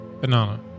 Banana